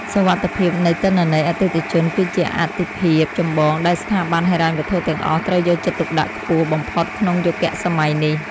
សុវត្ថិភាពនៃទិន្នន័យអតិថិជន គឺជាអាទិភាពចម្បងដែលស្ថាប័នហិរញ្ញវត្ថុទាំងអស់ត្រូវយកចិត្តទុកដាក់ខ្ពស់បំផុតក្នុងយុគសម័យនេះ។